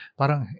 parang